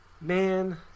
man